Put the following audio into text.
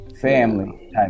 family